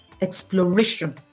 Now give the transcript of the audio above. exploration